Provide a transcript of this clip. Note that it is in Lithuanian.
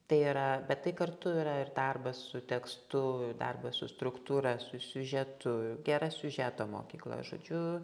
tai yra bet tai kartu yra ir darbas su tekstu darbas su struktūra su siužetu gera siužeto mokykla žodžiu